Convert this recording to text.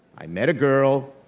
i met a girl,